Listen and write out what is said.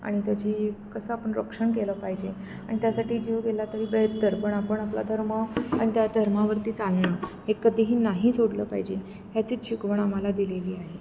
आणि त्याची कसं आपण रक्षण केलं पाहिजे आणि त्यासाठी जीव गेला तरी बेहत्तर पण आपण आपला धर्म आणि त्या धर्मावरती चालणं हे कधीही नाही सोडलं पाहिजे ह्याचीच शिकवण आम्हाला दिलेली आहे